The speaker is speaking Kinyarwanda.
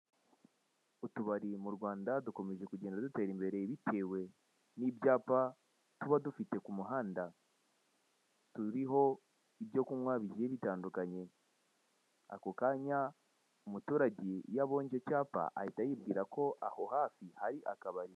Utubari mu Rwanda dukomeje kugenda dutera imbere bitewe n'ibyapa tuba dufite ku muhanda. Turiho ibyo kunywa bigiye bitandukanye. Ako kanya umuturage iyo abonye icyo cyapa ahita yibwira ko aho hafi hari akabari.